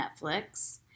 netflix